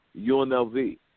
UNLV